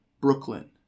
Brooklyn